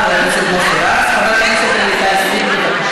תודה רבה, חבר הכנסת מוסי רז.